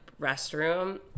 restroom